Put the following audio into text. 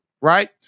right